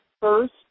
first